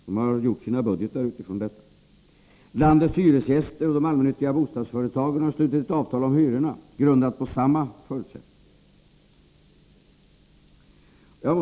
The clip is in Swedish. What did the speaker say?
De har gjort upp sina budgetar med den utgångspunkten. Landets hyresgäster och de allmännyttiga bostadsföretagen har slutit ett avtal om hyrorna, grundat på samma förutsättningar.